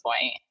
point